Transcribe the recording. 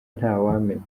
ntawamenya